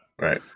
right